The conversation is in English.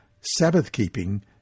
Sabbath-keeping